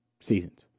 seasons